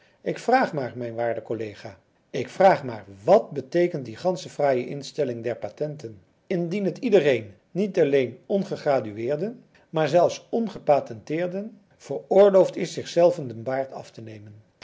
ik vraag maar mijn waarde collega ik vraag maar wat beteekent die gansche fraaie instelling der patenten indien het iedereen niet alleen ongegradueerden maar zelfs ongepatenteerden veroorloofd is zichzelven den baard af te nemen